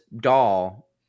doll